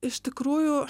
iš tikrųjų